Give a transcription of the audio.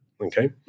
okay